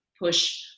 push